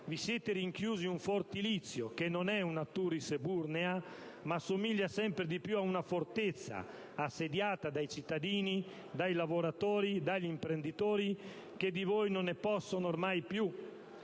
Vi siete rinchiusi in un fortilizio, che non è una *turris eburnea*, ma assomiglia sempre di più ad una fortezza assediata dai cittadini, dai lavoratori, dagli imprenditori, che di voi non ne possono ormai più.